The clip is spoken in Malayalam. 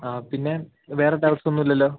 ആ പിന്നെ വേറെ ഡൗട്ട്സ് ഒന്നും ഇല്ലല്ലൊ